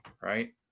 Right